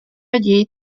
allí